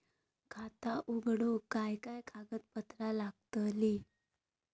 खाता उघडूक काय काय कागदपत्रा लागतली?